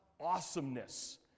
awesomeness